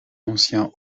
ancien